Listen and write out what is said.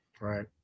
Right